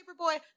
Paperboy